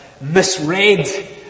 misread